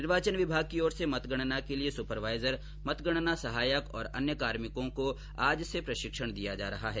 निर्वाचन विभाग की ओर से मतगणना के लिए सुपरवाईजर मतगणना सहायक और अन्य कार्मिकों को आज से प्रशिक्षण दिया जा रहा है